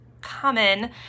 common